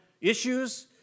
issues